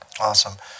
Awesome